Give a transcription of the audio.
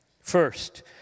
First